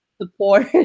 Support